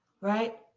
right